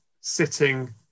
sitting